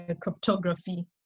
cryptography